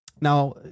Now